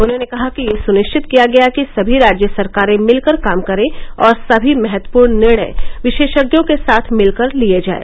उन्हॉने कहा कि यह सुनिरिचत किया गया कि समी राज्य सरकारें मिलकर काम करें और समी महत्वपूर्ण निर्णय विशेषज्ञों के साथ मिलकर लिये जाएं